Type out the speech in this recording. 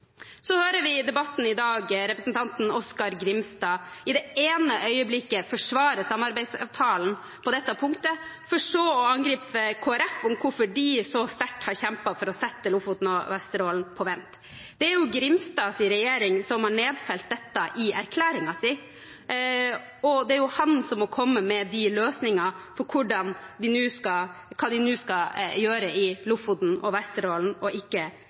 så å angripe Kristelig Folkeparti om hvorfor de så sterkt har kjempet for å sette Lofoten og Vesterålen på vent. Det er jo Grimstads regjering som har nedfelt dette i erklæringen sin, og det er han som må komme med løsninger for hva de nå skal gjøre i Lofoten og Vesterålen, ikke Kristelig Folkeparti. Statsråd Lien etterlyste i replikkordvekslingen svar på om jeg var fornøyd med de rød-grønnes satsing på fornybar energi. Svaret på det er ja. Vi fikk på plass elsertifikater og